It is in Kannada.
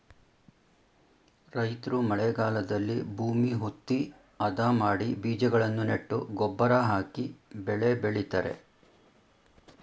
ರೈತ್ರು ಮಳೆಗಾಲದಲ್ಲಿ ಭೂಮಿ ಹುತ್ತಿ, ಅದ ಮಾಡಿ ಬೀಜಗಳನ್ನು ನೆಟ್ಟು ಗೊಬ್ಬರ ಹಾಕಿ ಬೆಳೆ ಬೆಳಿತರೆ